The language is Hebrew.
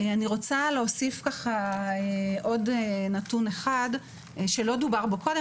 אני רוצה להוסיף עוד נתון אחד שלא דובר בו קודם,